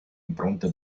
impronte